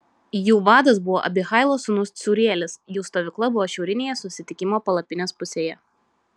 jų vadas buvo abihailo sūnus cūrielis jų stovykla buvo šiaurinėje susitikimo palapinės pusėje